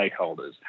stakeholders